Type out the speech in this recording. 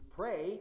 pray